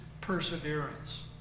perseverance